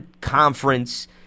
conference